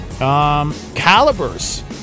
Calibers